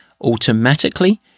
automatically